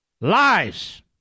Lies